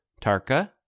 Tarka